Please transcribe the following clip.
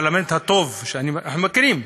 הפרלמנט, הטוב, שאנחנו מכירים,